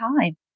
time